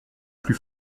plus